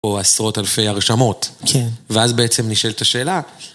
או עשרות אלפי הרשמות. כן. ואז בעצם נשאלת השאלה.